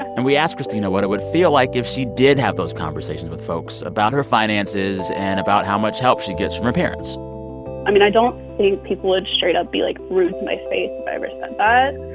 and we asked christina what it would feel like if she did have those conversations with folks about her finances and about how much help she gets from her parents i mean, i don't think people would straight up be, like, rude to my face if i ever said that.